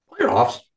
Playoffs